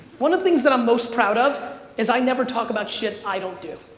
one of the things that i'm most proud of is i never talk about shit i don't do.